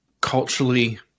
culturally